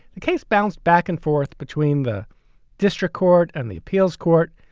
the case bounced back and forth between the district court and the appeals court.